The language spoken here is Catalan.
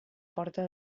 porta